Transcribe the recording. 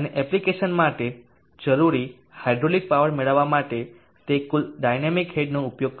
અને એપ્લિકેશન માટે જરૂરી હાઇડ્રોલિક પાવર મેળવવા માટે તે કુલ ડાયનામિક હેડનો ઉપયોગ કરશો